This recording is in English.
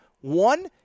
One